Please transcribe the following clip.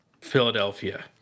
Philadelphia